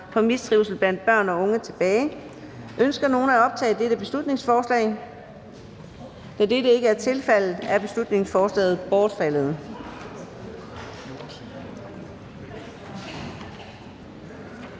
for mistrivsel blandt børn og unge. (Beslutningsforslag nr. B 171). Ønsker nogen at optage dette beslutningsforslag? Da dette ikke er tilfældet, er beslutningsforslaget bortfaldet.